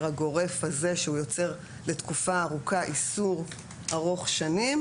הגורף הזה שהוא יוצר לתקופה ארוכה איסור ארוך שנים,